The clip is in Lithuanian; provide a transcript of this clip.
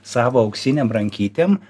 savo auksinėm rankytėm